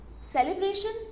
celebration